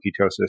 ketosis